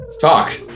talk